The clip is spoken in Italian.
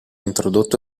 introdotto